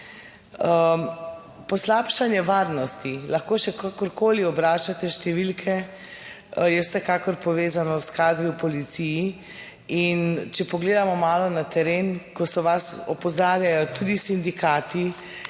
Poslabšanje varnosti, lahko še kakorkoli obračate številke, je vsekakor povezano s kadri v policiji. In če pogledamo malo na teren, ko so vas opozarjali tudi sindikati